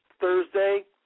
Thursday